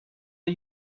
are